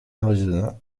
arizona